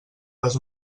les